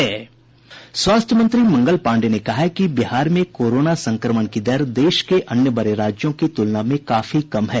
स्वास्थ्य मंत्री मंगल पांडेय ने कहा है कि बिहार में कोरोना संक्रमण की दर देश के अन्य बड़े राज्यों की तुलना में काफी कम है